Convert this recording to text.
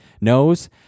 knows